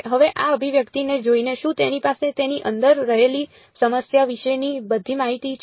હવે આ અભિવ્યક્તિને જોઈને શું તેની પાસે તેની અંદર રહેલી સમસ્યા વિશેની બધી માહિતી છે